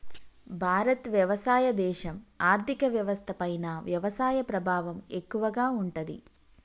భారత్ వ్యవసాయ దేశం, ఆర్థిక వ్యవస్థ పైన వ్యవసాయ ప్రభావం ఎక్కువగా ఉంటది